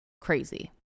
crazy